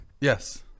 Yes